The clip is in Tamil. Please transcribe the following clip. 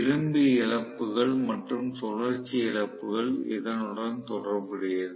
இரும்பு இழப்புகள் மற்றும் சுழற்சி இழப்புகள் இதனுடன் தொடர்புடையது